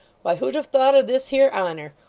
why, who'd have thought of this here honour!